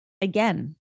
again